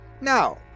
Now